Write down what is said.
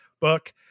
book